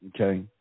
okay